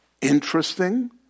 Interesting